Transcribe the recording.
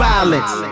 Violence